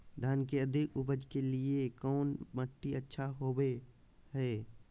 धान के अधिक उपज के लिऐ कौन मट्टी अच्छा होबो है?